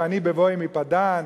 ואני בבואי מפדן,